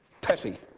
petty